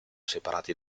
separati